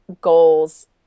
goals